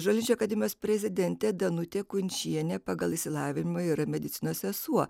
žolinčių akademijos prezidentė danutė kunčienė pagal išsilavinimą yra medicinos sesuo